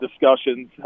discussions